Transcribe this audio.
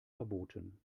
verboten